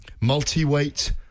multi-weight